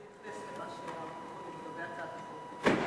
לגבי הצעת החוק?